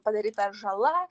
padaryta žala